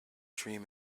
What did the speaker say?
dream